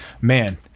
man